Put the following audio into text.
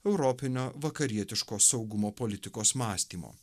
europinio vakarietiško saugumo politikos mąstymo